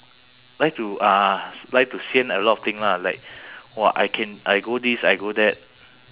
like to ah like to sian a lot of thing lah like !wah! I can I go this I go that